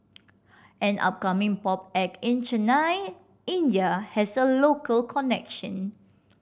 an upcoming pop act in Chennai India has a local connection